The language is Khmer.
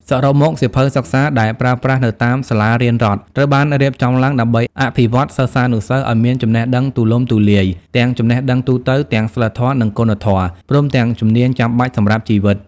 សរុបមក សៀវភៅសិក្សាដែលប្រើប្រាស់នៅតាមសាលារៀនរដ្ឋ ត្រូវបានរៀបចំឡើងដើម្បីអភិវឌ្ឍសិស្សានុសិស្សឱ្យមានចំណេះដឹងទូលំទូលាយ ទាំងចំណេះដឹងទូទៅ ទាំងសីលធម៌ និងគុណធម៌ ព្រមទាំងជំនាញចាំបាច់សម្រាប់ជីវិត ។